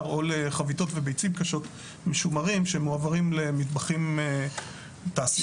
או לחביתות וביצים קשות משומרים שמועברים למטבחים תעשייתיים.